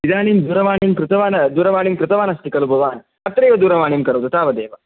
इदानीं दूरवाणीं कृतवान् दूरवाणीं कृतवान् अस्ति खलु भवान् अत्रैव दूरवाणीं करोतु तावदेव